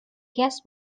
guess